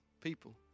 people